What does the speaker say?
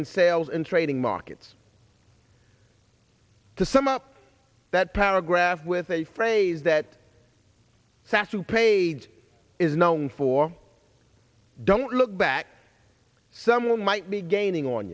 in sales and trading markets to sum up that paragraph with a phrase that satchel paige is known for don't look back someone might be gaining on